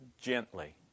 gently